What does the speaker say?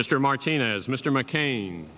mr martinez mr mccain